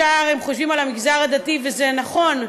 ישר הם חושבים על המגזר הדתי, וזה נכון,